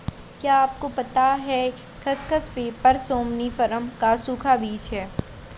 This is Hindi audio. क्या आपको पता है खसखस, पैपर सोमनिफरम का सूखा बीज है?